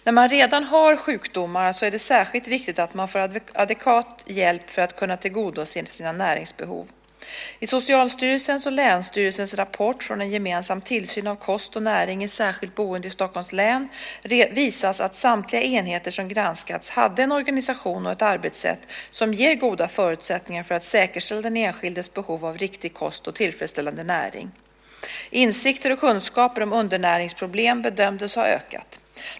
När man redan har sjukdomar så är det särskilt viktigt att man får adekvat hjälp för att kunna tillgodose sina näringsbehov. I Socialstyrelsens och länsstyrelsens rapport från en gemensam tillsyn av kost och näring i särskilt boende i Stockholms län visas att samtliga enheter som granskats hade en organisation och ett arbetssätt som ger goda förutsättningar för att säkerställa den enskildes behov av riktig kost och tillfredsställande näring. Insikter och kunskaper om undernäringsproblem bedömdes ha ökat.